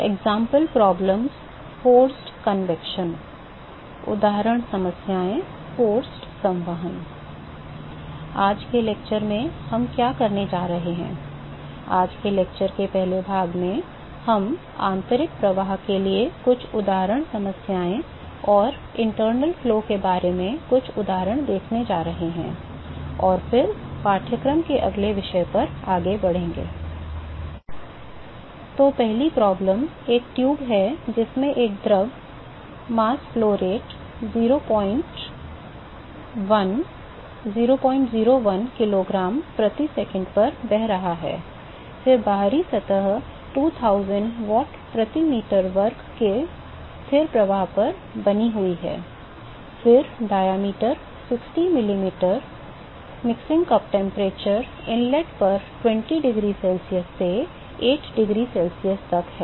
आज के व्याख्यान में हम क्या करने जा रहे हैं आज के व्याख्यान के पहले भाग में हम आंतरिक प्रवाह के लिए कुछ उदाहरण समस्याओं और बाहरी प्रवाह के बारे में कुछ उदाहरण देखने जा रहे हैं और फिर पाठ्यक्रम के अगले विषय पर आगे बढ़ेंगे तो पहली समस्या एक ट्यूब है जिसमें एक द्रव द्रव्यमान प्रवाह दर 001 किलोग्राम प्रति सेकंड पर बह रहा है फिर बाहरी सतह 2000 वाट प्रति मीटर वर्ग के स्थिर प्रवाह पर बनी हुई है फिर व्यास 60 मिलीमीटर मिश्रण कप तापमान इनलेट पर 20 डिग्री सेल्सियस से 8 डिग्री सेल्सियस है